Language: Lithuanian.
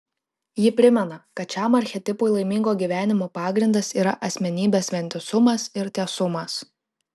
ji primena kad šiam archetipui laimingo gyvenimo pagrindas yra asmenybės vientisumas ir tiesumas